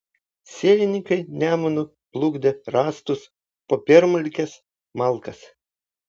sielininkai nemunu plukdė rąstus popiermalkes malkas